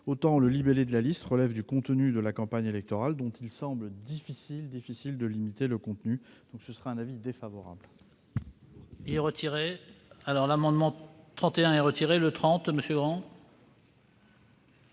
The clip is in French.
autant le libellé de la liste relève du contenu de la campagne électorale dont il semble difficile de limiter le contenu. Pour l'ensemble